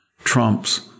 trumps